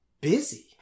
busy